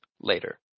later